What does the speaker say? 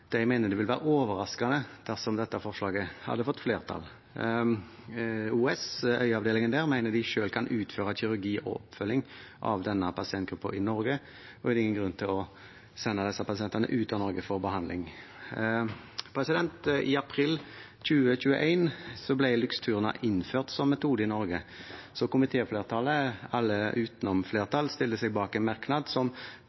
mener det ville ha vært overraskende dersom dette forslaget hadde fått flertall. Øyeavdelingen ved OUS mener de selv kan utføre kirurgi og oppfølging av denne pasientgruppen i Norge, og det er ingen grunn til å sende disse pasientene ut av Norge for behandling. I april 2021 ble Luxturna innført som metode i Norge, så komitéflertallet, alle utenom